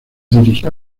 dirigió